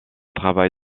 travail